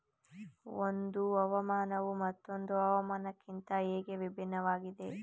ಒಂದು ಹವಾಮಾನವು ಮತ್ತೊಂದು ಹವಾಮಾನಕಿಂತ ಹೇಗೆ ಭಿನ್ನವಾಗಿದೆ?